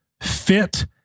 fit